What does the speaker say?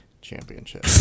Championship